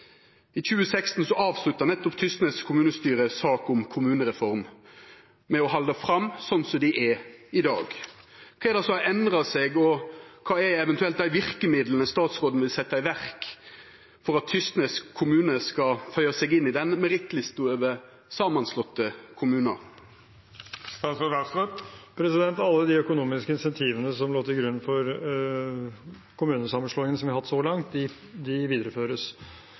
I 2016 avslutta kommunestyret i Tysnes sak om kommunereform med å vilja halda fram slik som dei er i dag. Kva er det som har endra seg, og kva er eventuelt dei verkemidla statsråden vil setja i verk for at Tysnes kommune skal føya seg inn i merittlista over samanslåtte kommunar? Alle de økonomiske insentivene som lå til grunn for kommunesammenslåingene vi har hatt så langt, videreføres. Det